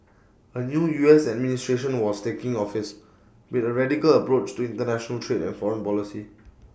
A new U S administration was taking office with A radical approach to International trade and foreign policy